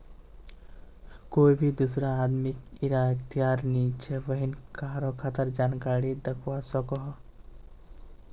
कोए भी दुसरा आदमीक इरा अख्तियार नी छे व्हेन कहारों खातार जानकारी दाखवा सकोह